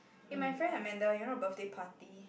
eh my friend Amanda you know birthday party